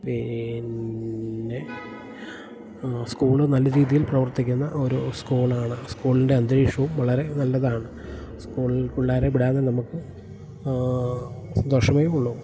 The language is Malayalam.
പിന്നെ സ്കൂള് നല്ല രീതിയിൽ പ്രവർത്തിക്കുന്ന ഒരു സ്കൂളാണ് സ്കൂളിൻ്റെ അന്തരീക്ഷവും വളരെ നല്ലതാണ് സ്കൂളിൽ പിള്ളേരെ വിടാനും നമുക്ക് സന്തോഷമേയുള്ളൂ